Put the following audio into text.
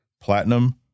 platinum